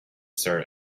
sir